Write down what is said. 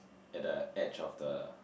at the edge of the